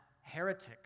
heretic